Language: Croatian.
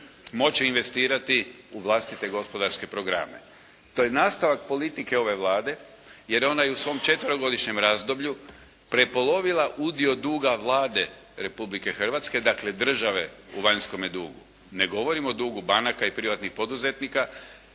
moći investirati u vlastite gospodarske programe. To je nastavak politike ove Vlade jer ona je i u svom četverogodišnjem razdoblju prepolovila udio duga Vlade Republike Hrvatske dakle države u vanjskome dugu. Ne govorim o dugu banaka i privatnih poduzetnika.